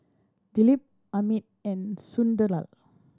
Dilip Amit and Sunderlal